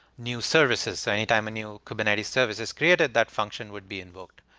new services. so anytime a new kubernetes service is created, that function would be invoked.